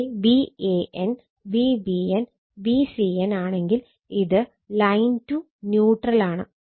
ഇനി Van Vbn Vcn ആണെങ്കിൽ ഇത് ലൈൻ ടു ന്യൂട്രൽ ആണ്